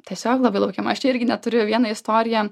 tiesiog labai laukiama aš čia irgi net turiu vieną istoriją